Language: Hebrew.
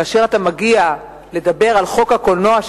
כאשר אתה מגיע אל חוק הקולנוע,